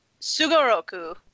Sugoroku